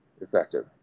effective